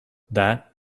that